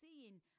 seeing